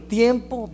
tiempo